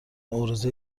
عرضه